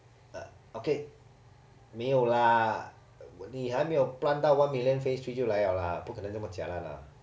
okay 没有啦你还没有 plant 到 one million phase three 就来 liao lah 不可能这么 jialat lah